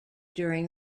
during